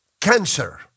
cancer